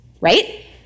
right